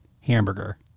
hamburger